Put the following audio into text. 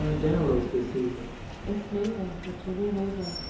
ah downloads this season it's amazing. it's really amazing